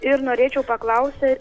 ir norėčiau paklausti